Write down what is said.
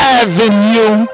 avenue